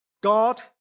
God